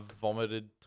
vomited